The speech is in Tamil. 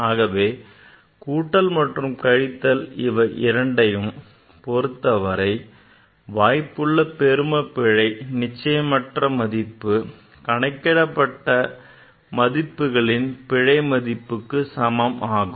ஆகவே கூட்டல் மற்றும் கழித்தல் இவை இரண்டையும் பொருத்தவரை வாய்ப்புள்ள பெருபிழையின் நிச்சயமற்ற மதிப்பு கணக்கிடப்பட்ட மதிப்புகளின் பிழை மதிப்புக்கு சமம் ஆகும்